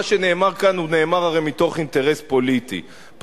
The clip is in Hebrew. הרי מה שנאמר כאן נאמר מתוך אינטרס פוליטי,